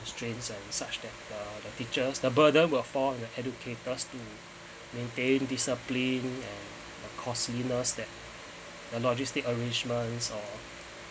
constraints and such that uh the teachers the burden will fall on the educators to maintain discipline and the costliness that the logistic arrangements or